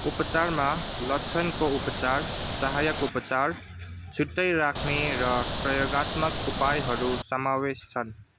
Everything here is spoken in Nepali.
उपचारमा लक्षणको उपचार सहायक उपचार छुट्टै राख्ने र प्रयोगात्मक उपायहरू समावेश छन्